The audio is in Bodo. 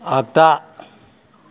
आग्दा